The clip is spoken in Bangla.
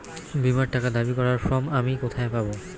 বীমার টাকা দাবি করার ফর্ম আমি কোথায় পাব?